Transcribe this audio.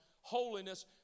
Holiness